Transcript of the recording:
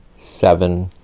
seven